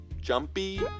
jumpy